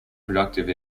productive